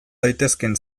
daitezkeen